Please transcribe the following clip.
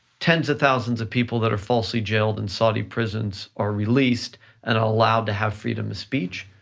tens of thousands of people that are falsely jailed in saudi prisons are released and allowed to have freedom of speech,